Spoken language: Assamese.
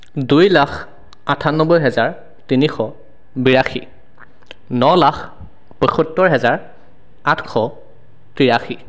দুই লাখ আঠান্নব্বৈ হাজাৰ তিনিশ বিয়াশী ন লাখ পঁয়সত্তৰ হাজাৰ আঠশ তিৰাশী